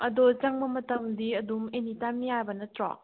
ꯑꯗꯣ ꯆꯪꯕ ꯃꯇꯝꯗꯤ ꯑꯗꯨꯝ ꯑꯦꯅꯤ ꯇꯥꯏꯝ ꯌꯥꯕ ꯅꯠꯇ꯭ꯔꯣ